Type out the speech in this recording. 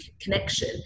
connection